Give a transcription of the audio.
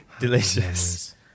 Delicious